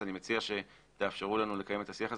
אז אני מציע שתאפשרו לנו לקיים את השיח הזה.